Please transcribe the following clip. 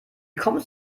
kommst